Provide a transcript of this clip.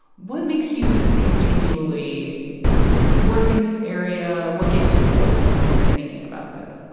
what makes you continually work in this area? what gives you hope when you're thinking about this? ah